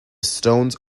stones